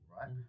right